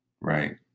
Right